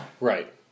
Right